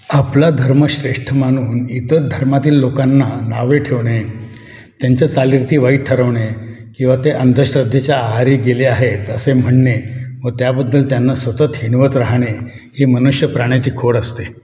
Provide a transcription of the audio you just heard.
आपला धर्म श्रेष्ठ मानून इतर धर्मातील लोकांना नावे ठेवणे त्यांच्या चालीरीती वाईट ठरवणे किंवा ते अंधश्रद्धेच्या आहारी गेले आहेत असे म्हणणे व त्याबद्दल त्यांना सतत हिणवत राहणे ही मनुष्य प्राण्याची खोड असते